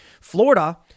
Florida